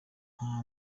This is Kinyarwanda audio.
nta